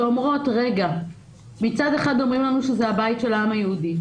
שאומרות: מצד אחד אומרים לנו שזה הבית של העם היהודי,